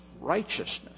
righteousness